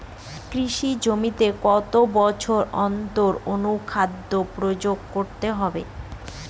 কৃষি জমিতে কত বছর অন্তর অনুখাদ্য প্রয়োগ করতে হবে?